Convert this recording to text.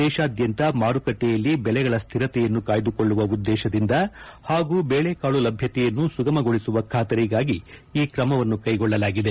ದೇಶಾದ್ಯಂತ ಮಾರುಕಟ್ಟೆಯಲ್ಲಿ ಬೆಲೆಗಳ ಸ್ಥಿರತೆಯನ್ನು ಕಾಯ್ದುಕೊಳ್ಳುವ ಉದ್ದೇಶದಿಂದ ಹಾಗೂ ಬೇಳೆಕಾಳು ಲಭ್ಯತೆಯನ್ನು ಸುಗಮಗೊಳಿಸುವ ಖಾತರಿಗಾಗಿ ಈ ಕ್ರಮವನ್ನು ಕೈಗೊಳ್ಳಲಾಗಿದೆ